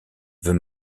veut